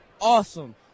awesome